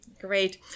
Great